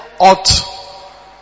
ought